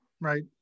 right